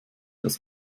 das